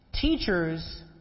Teachers